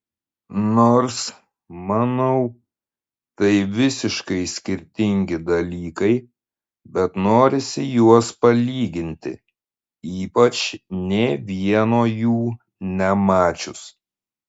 nors manau tai visiškai skirtingi dalykai bet norisi juos palyginti ypač nė vieno jų nemačius